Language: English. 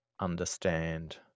understand